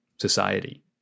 society